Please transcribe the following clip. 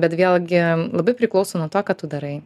bet vėlgi labai priklauso nuo to ką tu darai